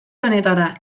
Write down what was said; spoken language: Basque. honetara